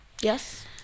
Yes